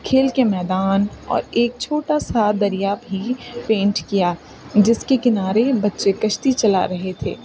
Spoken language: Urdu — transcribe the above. کھیل کے میدان اور ایک چھوٹا سا دریا بھی پینٹ کیا جس کے کنارے بچے کشتی چلا رہے تھے